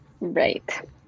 Right